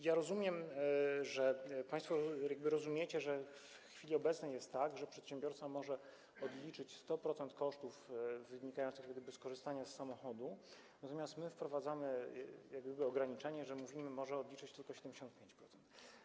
Ja rozumiem, że państwo zakładacie, iż w chwili obecnej jest tak, że przedsiębiorca może odliczyć 100% kosztów wynikających z faktu korzystania z samochodu, natomiast my wprowadzamy jak gdyby ograniczenie, bo mówimy: może odliczyć tylko 75%.